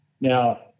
Now